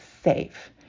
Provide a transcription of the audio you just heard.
safe